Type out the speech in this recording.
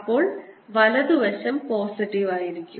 അപ്പോൾ വലതുവശം പോസിറ്റീവ് ആയിരിക്കും